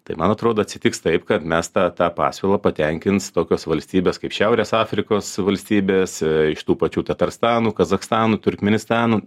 tai man atrodo atsitiks taip kad mes tą tą pasiūlą patenkins tokios valstybės kaip šiaurės afrikos valstybės iš tų pačių tatarstanų kazachstanų turkmėnistanų